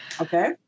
Okay